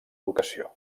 educació